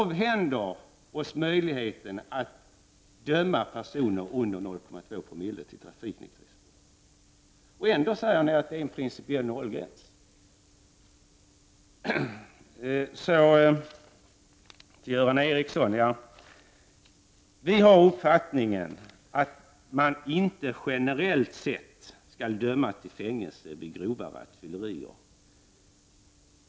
Vi socialdemokrater har den uppfattningen, Göran Ericsson, att man inte generellt sett skall döma till fängelse för grovt rattfylleri.